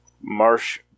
Marsh